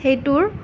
সেইটোৰ